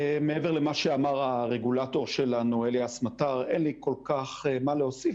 מעבר למה שאמר הרגולטור שלנו אליאס מטר אין לי כל כך מה להוסיף,